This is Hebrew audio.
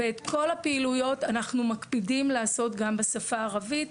ואת כל הפעילויות אנחנו מקפידים לעשות גם בשפה הערבית.